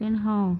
then how